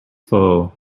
foe